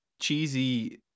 cheesy